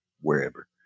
wherever